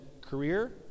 career